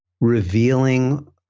revealing